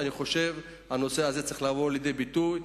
אני חושב שהנושא הזה צריך לבוא לידי ביטוי.